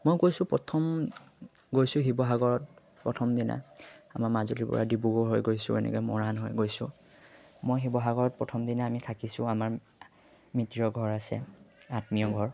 মই গৈছোঁ প্ৰথম গৈছোঁ শিৱসাগৰত প্ৰথম দিনা আমাৰ মাজুলীৰ পৰা ডিব্ৰুগড় হৈ গৈছোঁ এনেকৈ মৰাণ হৈ গৈছোঁ মই শিৱসাগৰত প্ৰথম দিনা আমি থাকিছোঁ আমাৰ মিতিৰৰ ঘৰ আছে আত্মীয়ৰ ঘৰ